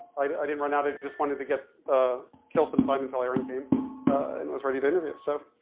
i didn't run out, i just wanted to get, ah kill some time until eran came and was ready to interview, so.